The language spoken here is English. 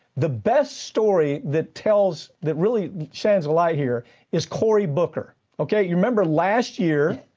the best story that tells that really shines a light here is corey booker. okay. you remember last year,